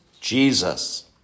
Jesus